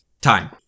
Time